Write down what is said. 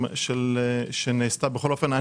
בכל אופן,